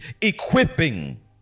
equipping